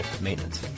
maintenance